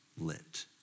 lit